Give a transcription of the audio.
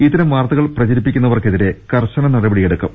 ഇത്തരം വാർത്തകൾ പ്രചരിപ്പിക്കുന്നവർക്കെതിരെ കർശന നടപടിയെടുക്കും